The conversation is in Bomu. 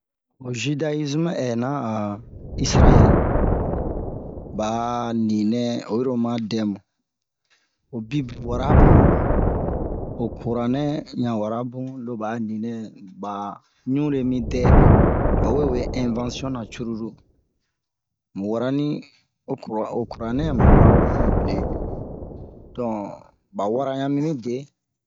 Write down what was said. Ho zidayizimu hɛna a izarayɛl ba'a ni nɛ oyi ro oma dɛmu ho bible wara bun ho kuranɛ yan wara bun lo ba'a ni nɛ ba ɲure mi dɛ bawe we invansion na cururu mu wara ni ho kura ho kuranɛ mu wara ho bible don ba wara yan mimi de